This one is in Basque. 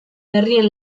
berrien